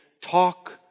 talk